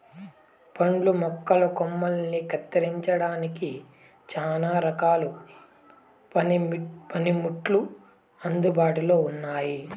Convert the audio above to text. పండ్ల మొక్కల కొమ్మలని కత్తిరించడానికి చానా రకాల పనిముట్లు అందుబాటులో ఉన్నయి